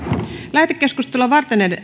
lähetekeskustelua varten